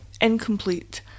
incomplete